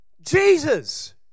Jesus